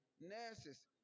nurses